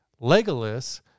Legolas